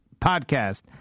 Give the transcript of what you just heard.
podcast